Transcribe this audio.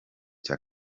cya